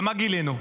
ומה גילינו?